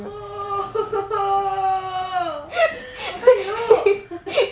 oh how come he know